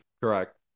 Correct